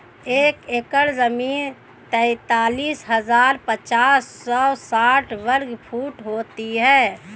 एक एकड़ जमीन तैंतालीस हजार पांच सौ साठ वर्ग फुट होती है